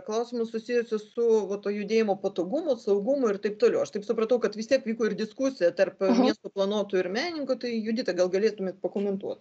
klausimus susijusius su va to judėjimo patogumu saugumu ir taip toliau aš taip supratau kad vis tiek vyko ir diskusija tarp miestų planuotojų ir menininkų tai judita gal galėtumėt pakomentuot